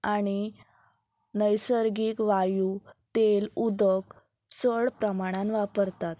आनी नैसर्गीक वायू तेल उदक चड प्रमाणान वापरतात